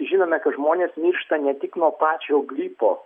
žinome kai žmonės miršta ne tik nuo pačio gripo